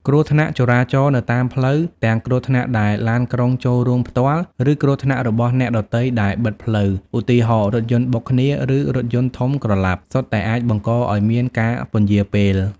គ្រោះថ្នាក់ចរាចរណ៍នៅតាមផ្លូវ ទាំងគ្រោះថ្នាក់ដែលឡានក្រុងចូលរួមផ្ទាល់ ឬគ្រោះថ្នាក់របស់អ្នកដទៃដែលបិទផ្លូវ ឧទាហរណ៍ រថយន្តបុកគ្នា ឬរថយន្តធំក្រឡាប់ សុទ្ធតែអាចបង្កឱ្យមានការពន្យារពេល។